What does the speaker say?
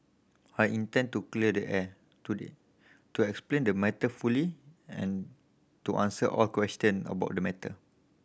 I intend to clear the air today to explain the matter fully and to answer all question about the matter